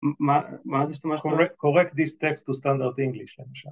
מה מה אז השתמשת correct this text to standard English